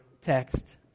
text